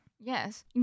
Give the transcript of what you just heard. Yes